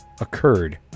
occurred